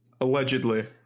Allegedly